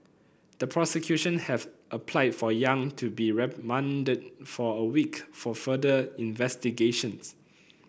the prosecution have applied for Yang to be remanded for a week for further investigations